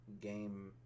game